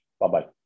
Bye-bye